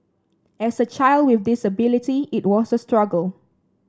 as a child with disability it was a struggle